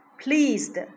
pleased